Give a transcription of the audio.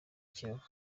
kiyovu